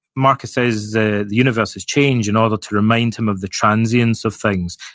marcus says the universe is change in order to remind him of the transience of things,